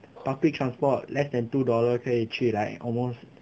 public transport less than two dollar 可以去 like almost